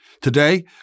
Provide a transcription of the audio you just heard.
Today